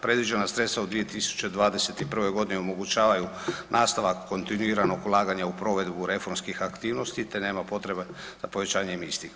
Predviđena sredstva u 2021.g. omogućavaju nastavak kontinuiranog ulaganja u provedbu reformskih aktivnosti, te nema potrebe za povećanjem istih.